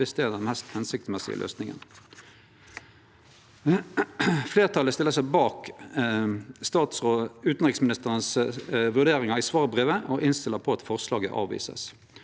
viss det er den mest hensiktsmessige løysinga. Fleirtalet stiller seg bak utanriksministeren sine vurderingar i svarbrevet og innstiller på at forslaget vert